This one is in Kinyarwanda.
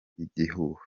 igihuha